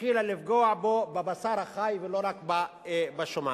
התחילה לפגוע בו בבשר החי, ולא רק בשומן.